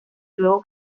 luego